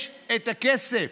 יש את הכסף.